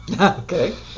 Okay